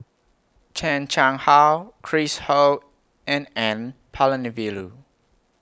Chan Chang How Chris Ho and N Palanivelu